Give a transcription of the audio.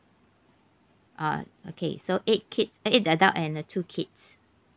oh okay so eight kids eight adult and uh two kids